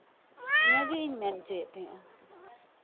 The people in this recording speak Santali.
ᱱᱤᱭᱟᱹᱜᱮ ᱤᱧ ᱢᱮᱱ ᱦᱚᱪᱚᱭᱮᱫ ᱛᱟᱸᱦᱮᱱᱟ